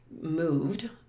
moved